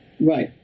Right